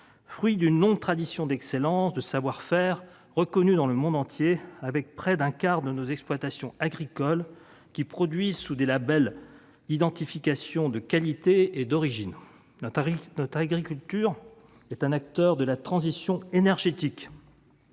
fruit d'une longue tradition d'excellence, de savoir-faire reconnus dans le monde entier, et près d'un quart de nos exploitations agricoles produisent sous des labels d'identification de la qualité et de l'origine. Notre agriculture est un acteur de la transition énergétique.